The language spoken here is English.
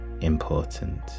important